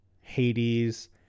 Hades